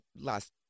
last